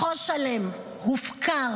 מחוז שלם הופקר,